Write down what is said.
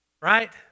Right